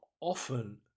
often